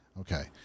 Okay